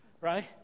right